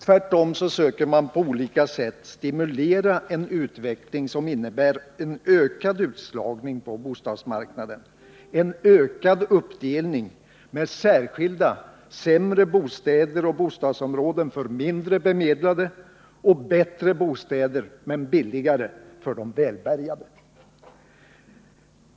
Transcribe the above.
Tvärtom söker man på olika sätt stimulera en utveckling, som innebär en ökning av utslagningen på bostadsmarknaden och en ökning av uppdelningen på mindre bemedlade med särskilda, sämre bostäder och bostadsområden och välbärgade med bättre men billigare bostäder.